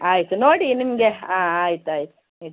ಆಯಿತು ನೋಡಿ ನಿಮಗೆ ಆಂ ಆಯ್ತು ಆಯಿತು ಇಡಿ